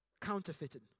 counterfeited